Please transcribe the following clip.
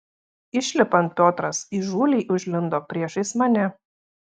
išlipant piotras įžūliai užlindo priešais mane